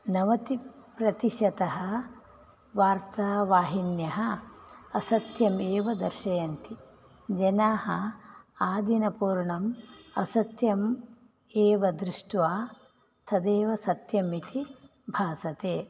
नवतिप्रतिशतः वार्तावाहिन्यः असत्यमेव दर्शयन्ति जनाः आदिनपूर्णम् असत्यम् एव दृष्ट्वा तदेव सत्यमिति भासते